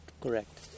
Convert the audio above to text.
correct